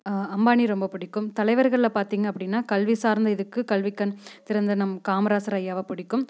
அம்பானி ரொம்ப பிடிக்கும் தலைவர்களில் பார்த்திங்க அப்படின்னா கல்வி சார்ந்த இதுக்கு கல்வி கண் திறந்த நம் காமராசர் ஐயாவை பிடிக்கும்